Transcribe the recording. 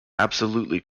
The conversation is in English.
absolutely